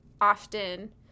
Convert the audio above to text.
often